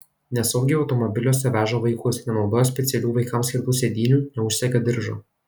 nesaugiai automobiliuose veža vaikus nenaudoja specialių vaikams skirtų sėdynių neužsega diržo